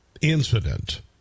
incident